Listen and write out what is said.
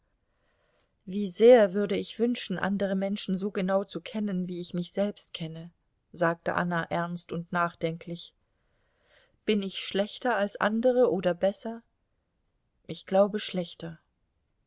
wie sehr würde ich wünschen andere menschen so genau zu kennen wie ich mich selbst kenne sagte anna ernst und nachdenklich bin ich schlechter als andere oder besser ich glaube schlechter